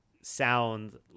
sound